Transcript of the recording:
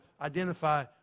identify